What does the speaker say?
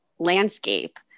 landscape